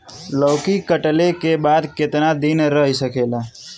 लौकी कटले के बाद केतना दिन रही सकेला?